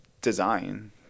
design